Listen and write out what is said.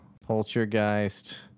poltergeist